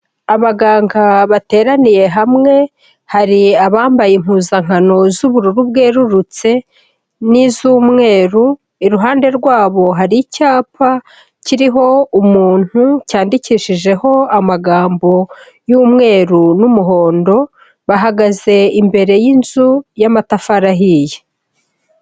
Abaganga bateraniye hamwe, hari abambaye impuzankano z'ubururu bwerurutse n'iz'umweru, iruhande rwabo hari icyapa, kiriho umuntu cyandikishijeho amagambo y'umweru n'umuhondo, bahagaze imbere y'inzu y'amatafari ahiye.